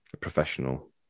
Professional